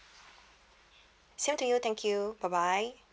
same to you thank you bye bye